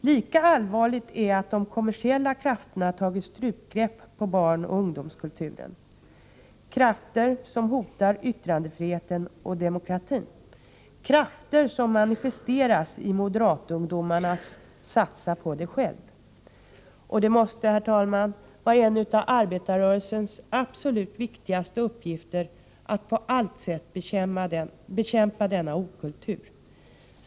Lika allvarligt är att de kommersiella krafterna tagit strupgrepp på barnoch ungdomskulturen — krafter som hotar yttrandefriheten och demokratin, krafter som manifesteras i moderatungdomarnas ”satsa på dig själv”. Det måste, herr talman, vara en av arbetarrörelsens absoluta viktigaste uppgifter att på alla sätt bekämpa denna okultur.